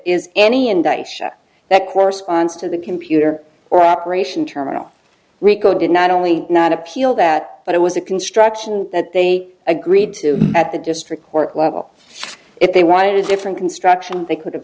is any indication that corresponds to the computer operation terminal rico did not only not appeal that but it was a construction that they agreed to at the district court level if they wanted a different construction they could